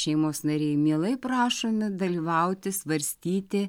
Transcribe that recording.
šeimos nariai mielai prašomi dalyvauti svarstyti